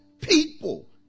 people